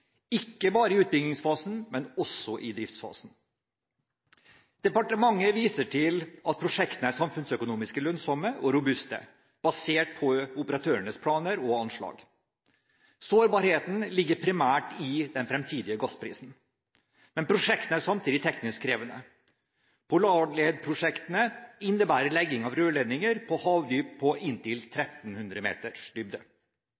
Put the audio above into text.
ikke bare i utbyggingsfasen, men også i driftsfasen. Departementet viser til at prosjektene er samfunnsøkonomisk lønnsomme og robuste, basert på operatørenes planer og anslag. Sårbarheten ligger primært i den fremtidige gassprisen. Men prosjektene er samtidig teknisk krevende. Polarled-prosjektene innebærer legging av rørledninger ned til inntil 1 300 meters havdyp.